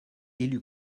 élu